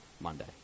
Monday